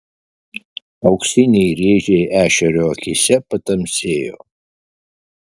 auksiniai rėžiai ešerio akyse patamsėjo